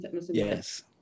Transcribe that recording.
yes